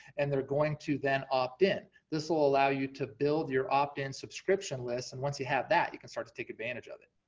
and they're going to then opt-in. this will allow you to build your opt-in subscription list, and once you have that, you can start to take advantage of it.